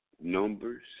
numbers